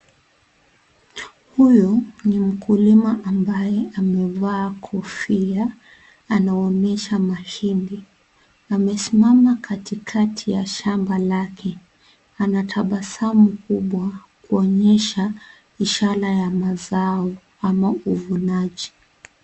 Huyu ni mkulima ambaye amevaa kofia anaonyesha mashine amesimama katikati ya shamba lake ,ana tabasamu kubwa kuonyesha ishara ya mazao ama uvunaji.